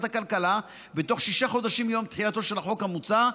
הכלכלה בתוך שישה חודשים מיום תחילתו של החוק המוצע.